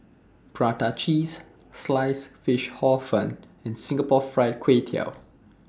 Prata Cheese Sliced Fish Hor Fun and Singapore Fried Kway Tiao